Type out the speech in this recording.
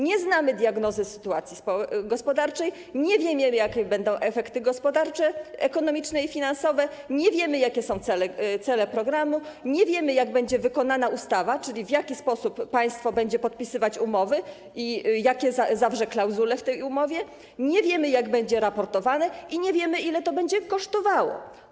Nie znamy diagnozy sytuacji gospodarczej, nie wiemy, jakie będą efekty gospodarcze, ekonomiczne i finansowe, nie wiemy, jakie są cele programu, nie wiemy, jak będzie wykonana ustawa, czyli w jaki sposób państwo będzie podpisywać umowy i jakie zawrze klauzule w tej umowie, nie wiemy, jak to będzie raportowane, i nie wiemy, ile to będzie kosztowało.